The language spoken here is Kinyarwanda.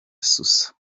susa